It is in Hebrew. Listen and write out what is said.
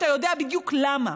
אתה יודע בדיוק למה,